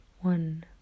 One